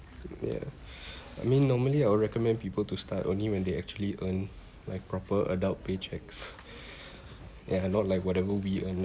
ya I mean normally I will recommend people to start only when they actually earn like proper adult paychecks and a lot like whatever we earn